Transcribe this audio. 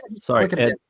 Sorry